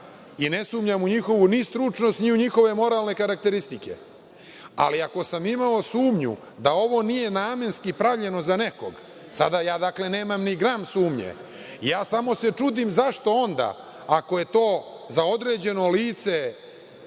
i ne sumnjam u njihovu ni stručnost, ni u njihove moralne karakteristike, ali ako sam imao sumnju da ovo nije namenski pravljeno za nekog, sada dakle nemam ni gram sumnje, samo se čudim zašto onda, ako je to za određeno lice